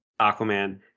Aquaman